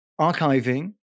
archiving